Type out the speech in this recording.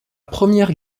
première